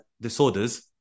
disorders